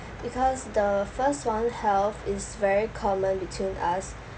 because the first one health is very common between us